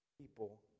people